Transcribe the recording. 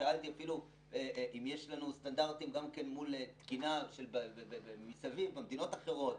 אפילו שאלתי אם יש לנו סטנדרטים מול תקינה במדינות אחרות.